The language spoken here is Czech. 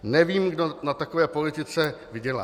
Nevím, kdo na takové politice vydělá.